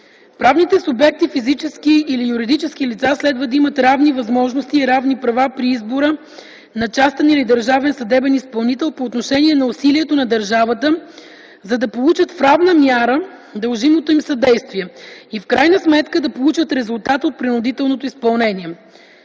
Правните субекти – физически или юридически лица, следва да имат равни възможности и равни права при избора на частен или държавен съдебен изпълнител по отношение на усилието на държавата, за да получат в равна мяра дължимото им съдействие, и в крайна сметка да получат резултата от принудителното изпълнение.